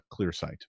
clearsight